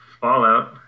Fallout